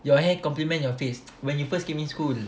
your hair compliment your face when you first came in school